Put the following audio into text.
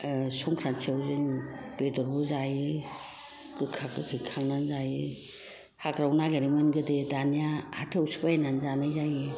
संख्रान्थियाव जोङो बेदरबो जायो गोखा गोखै खांनानै जायो हाग्रायाव नागिरोमोन गोदो दानिया हाथायावसो बायनानै जानाय जायो